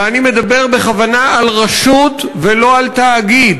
ואני מדבר בכוונה על רשות ולא על תאגיד.